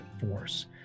force